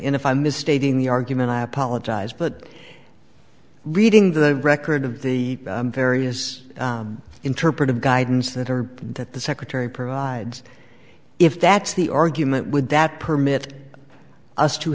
in if i mis stating the argument i apologize but reading the record of the various interpretive guidance that or that the secretary provides if that's the argument would that permit us to